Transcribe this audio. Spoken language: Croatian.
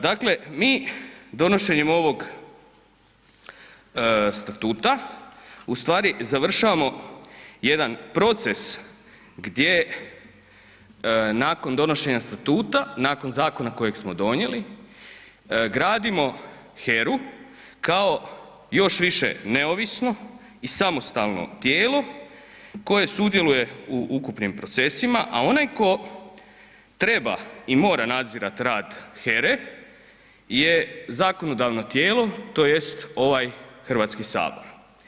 Dakle mi donošenjem ovog statuta ustvari završavamo jedan proces gdje nakon donošenja statuta, nakon zakona kojeg smo donijeli, gradimo HERA-u kao još više neovisnu i samostalno tijelo koje sudjeluje u ukupnim procesima a onaj tko treba i mora nadzirat rad HERA-e je zakonodavno tijelo tj. ovaj Hrvatski sabor.